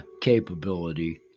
capability